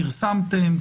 פרסמתם,